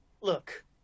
Look